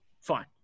Fine